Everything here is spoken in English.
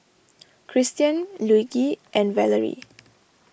Christian Luigi and Valarie